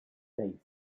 seis